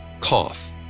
cough